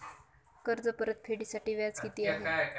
कर्ज परतफेडीसाठी व्याज किती आहे?